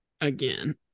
again